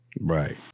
Right